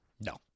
No